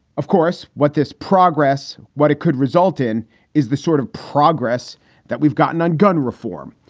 of course, what this progress, what it could result in is the sort of progress that we've gotten on gun reform,